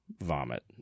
vomit